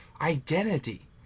identity